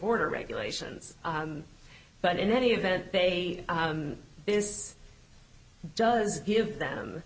order regulations but in any event they is does give them